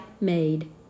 made